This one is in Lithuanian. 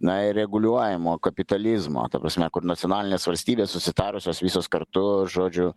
na ir reguliuojamo kapitalizmo ta prasme kur nacionalinės valstybės susitarusios visos kartu žodžiu